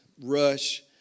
rush